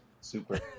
Super